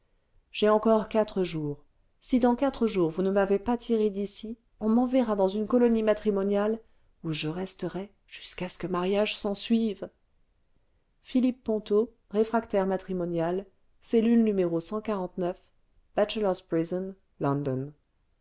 j'ai encore quatre jours si dans quatrejours vous ne m'avez pas tiré d'ici on m'enverra dans une colonie matrimoniale où je resterai jusqu'à ce que mariage s'ensuive ec philippe ponto réfractaire matrimonial cellule n bachelor's prison london